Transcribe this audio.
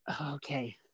okay